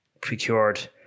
procured